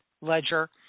ledger